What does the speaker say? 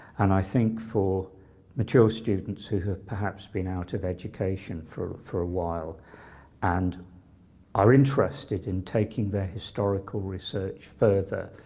and i think for mature students who have perhaps been out of education for for a while and are interested in taking their historical research further,